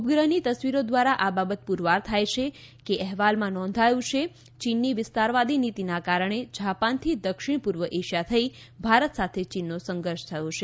ઉપગ્રહની તસ્વીરો દ્વારા આ બાબત પુરવાર થાય છે અહેવાલમાં નોંધાયું છે કે ચીનની વિસ્તારવાદી નીતિના કારણે જાપાનથી દક્ષિણ પૂર્વ એશિયા થઈ ભારત સાથે ચીનનો સંઘર્ષ થયો છે